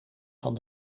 van